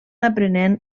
aprenent